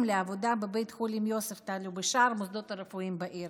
לעבודה בבית החולים יוספטל ובשאר המוסדות הרפואיים בעיר.